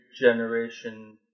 generation